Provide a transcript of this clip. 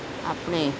આપણે